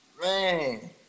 man